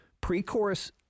pre-chorus